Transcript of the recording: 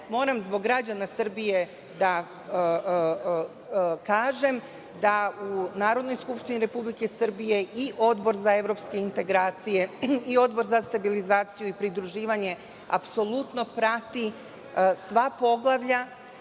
Moram zbog građana Srbije da kažem da u Narodnoj skupštini Republike Srbije i Odbor za evropske integracije i Odbor za stabilizaciju i pridruživanje apsolutno prati sva poglavlja,